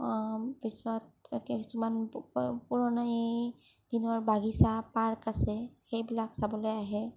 পিছত কিছুমান পুৰণিদিনৰ বাগিছা পাৰ্ক আছে এইবিলাক চাবলৈ আহে